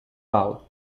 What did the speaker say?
bowl